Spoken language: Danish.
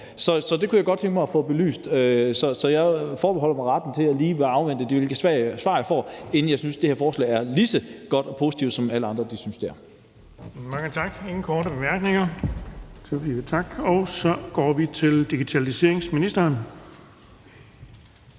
Så det kunne jeg godt tænke mig at få belyst. Så jeg forbeholder mig retten til lige at afvente det svar, jeg får, inden jeg synes, at det her forslag er lige så godt og positivt, som alle andre synes det er.